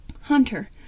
Hunter